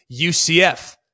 UCF